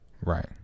Right